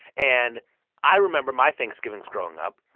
and i remember my thanksgivings growing up.